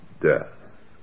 death